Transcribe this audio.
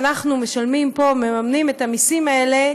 שאנחנו משלמים פה ומממנים את המסים האלה,